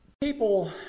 People